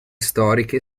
storiche